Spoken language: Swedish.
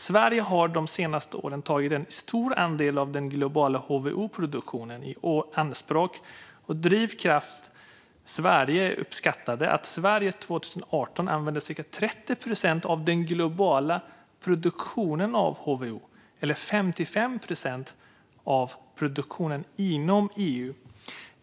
Sverige har de senaste åren tagit en stor andel av den globala HVO-produktionen i anspråk och Drivkraft Sverige uppskattade att Sverige 2018 använde cirka 30 procent av den globala produktionen av HVO, eller 55 procent av produktionen inom EU."